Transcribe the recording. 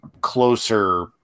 closer